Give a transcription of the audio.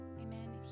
Amen